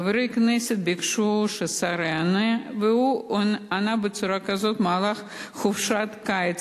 חברי הכנסת ביקשו שהשר יענה והוא ענה בצורה כזאת: במהלך חופשת הקיץ,